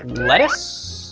lettuce.